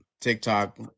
TikTok